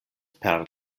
per